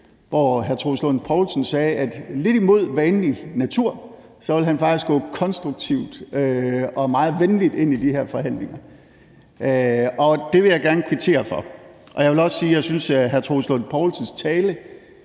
hvor hr. Troels Lund Poulsen sagde, at lidt imod hans vanlige natur, ville han faktisk gå konstruktivt og meget venligt ind i de her forhandlinger, og det vil jeg gerne kvittere for. Jeg vil også sige, at jeg synes, hr. Troels Lund Poulsens tale